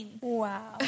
Wow